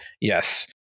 yes